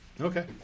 Okay